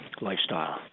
lifestyle